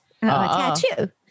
tattoo